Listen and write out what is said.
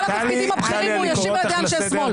כל התפקידים הבכירים מאוישים בידיהם של שמאל.